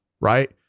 right